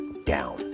down